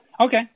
Okay